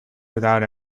without